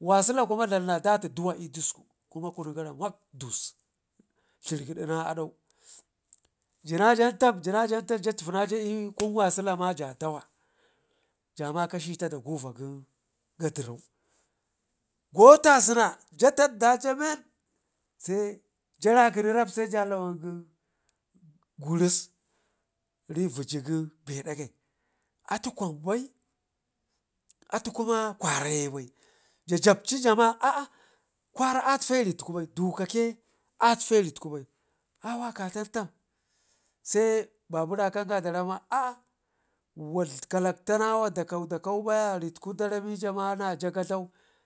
wasula kuma dlam na dati duwa l'disku Hərrgəɗi na jinajan aja l'kun wasula ma jadawa jamaka shita da guua gənga ɗerau go tasena kawai ja tad daja men se janakəni rab se ja lawangu gən, gurus ri viji gəri be dagai atu kwambai atuye kwaraye bai aa kwara atfe ritku bai duk a arfe ritku bai, awakatan tan se babu rakanga dar amma aa wa kalakta nawa dakau dakau baya ritku da ramije ma jagadlan